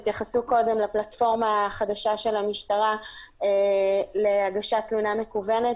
התייחסנו קודם לפלטפורמה החדשה של המשטרה להגשת תלונה מקוונת,